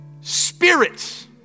spirits